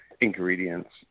ingredients